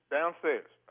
Downstairs